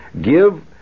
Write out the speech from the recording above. give